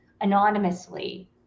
anonymously